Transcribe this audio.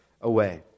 away